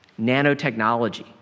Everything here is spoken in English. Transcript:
nanotechnology